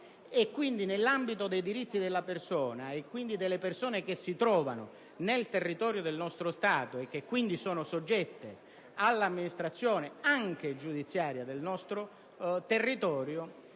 e rientra nell'ambito dei diritti della persona. Alle persone che si trovano nel territorio del nostro Stato, e che quindi sono soggette all'amministrazione anche giudiziaria del nostro territorio,